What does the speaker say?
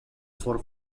for